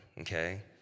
okay